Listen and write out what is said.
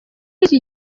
iki